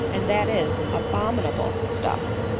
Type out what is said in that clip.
and that is, abominable stuff.